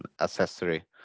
accessory